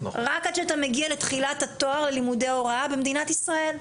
רק עד שאתה מגיע לתחילת התואר ללימודי הוראה במדינת ישראל.